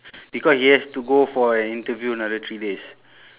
because he has to go for an interview another three days